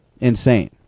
Insane